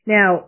Now